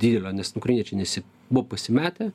didelio nes ukrainiečiai nesi buvo pasimetę